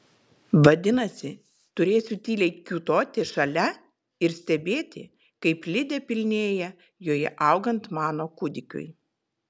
vadinasi turėsiu tyliai kiūtoti šalia ir stebėti kaip lidė pilnėja joje augant mano kūdikiui